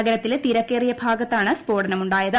നഗരത്തിലെ തിരക്കേറിയ ഭാഗത്താണ് സ്ഫോടനമുണ്ടായത്